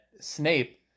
Snape